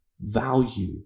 value